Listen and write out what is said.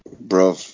Bro